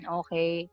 okay